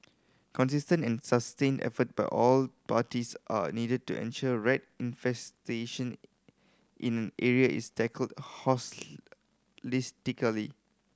consistent and sustained effort by all parties are needed to ensure rat infestation in area is tackled